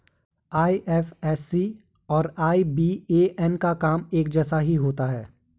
IFSC और IBAN का काम एक जैसा ही होता है